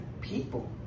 people